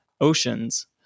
oceans